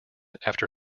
after